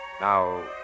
Now